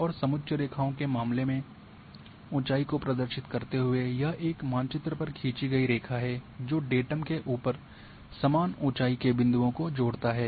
और समुच्च रेखाओं के मामले में ऊंचाई को प्रदर्शित करते हुए यह एक मानचित्र पर खींची गई रेखा है जो डेटम के ऊपर समान ऊंचाई के बिंदुओं को जोड़ता है